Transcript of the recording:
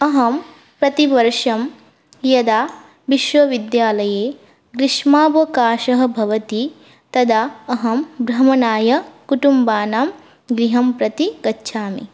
अहं प्रतिवर्षं यदा विश्वविद्यालये ग्रीष्मावकाशः भवति तदा अहं भ्रमणाय कुटुम्बानां गृहंप्रति गच्छामि